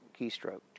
keystroke